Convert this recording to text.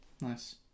Nice